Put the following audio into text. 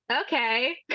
okay